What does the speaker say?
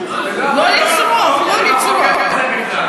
נתנו לך חוק אחר.